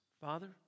Father